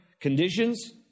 conditions